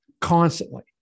constantly